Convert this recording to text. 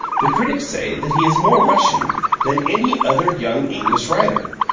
the critics say that he is more russian than any other young english writer.